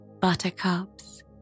buttercups